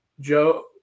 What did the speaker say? Joe